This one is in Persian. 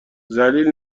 ذلیل